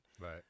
Right